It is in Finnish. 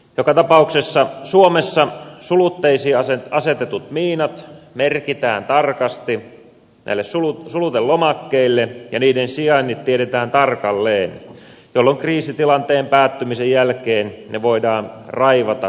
joka tapauksessa suomessa sulutteisiin asetetut miinat merkitään tarkasti sulutelomakkeille ja niiden sijainnit tiedetään tarkalleen jolloin kriisitilanteen päättymisen jälkeen ne voidaan raivata turvallisesti